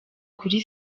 kuri